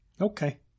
okay